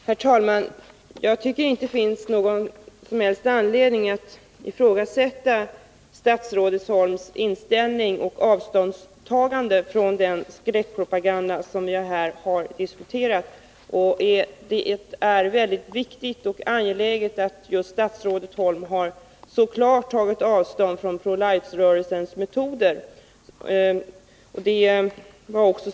Herr talman! Det finns inte någon som helst anledning att ifrågasätta statsrådet Holms inställning till och avståndstagande från den skräckpropaganda som vi här har diskuterat. Det är mycket viktigt att just statsrådet Holm så klart har tagit avstånd från Pro Life-rörelsens metoder.